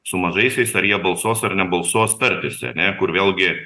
su mažaisiais ar jie balsuos ar nebalsuos tartis čia ane kur vėlgi